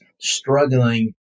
struggling